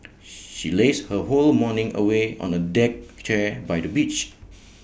she lazed her whole morning away on A deck chair by the beach